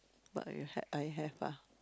what will I have ah